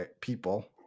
people